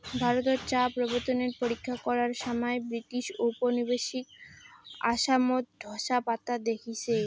ভারতত চা প্রবর্তনের পরীক্ষা করার সমাই ব্রিটিশ উপনিবেশিক আসামত ঢোসা পাতা দেইখছে